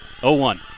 0-1